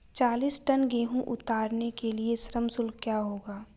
चालीस टन गेहूँ उतारने के लिए श्रम शुल्क क्या होगा?